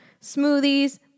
smoothies